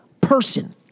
person